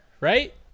right